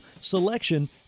selection